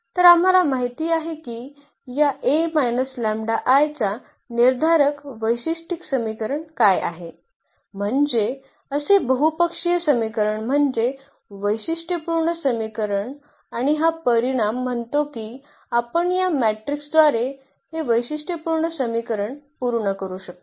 तर आम्हाला माहित आहे की या चा निर्धारक वैशिष्ट्यिक समीकरण काय आहे म्हणजे असे बहुपक्षीय समीकरण म्हणजे वैशिष्ट्यपूर्ण समीकरण आणि हा परिणाम म्हणतो की आपण या मॅट्रिक्सद्वारेच हे वैशिष्ट्यपूर्ण समीकरण पूर्ण करू शकतो